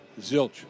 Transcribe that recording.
zilch